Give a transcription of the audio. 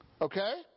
Okay